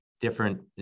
different